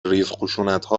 ریزخشونتها